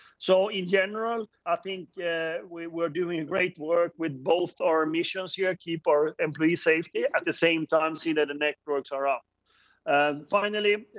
so in general, i think we're doing ah great work with both our missions here, keep our employees safe, at the same time see that the networks are up finally,